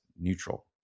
neutral